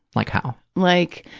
like how? like,